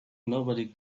nobody